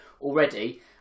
already